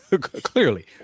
clearly